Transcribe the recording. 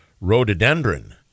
rhododendron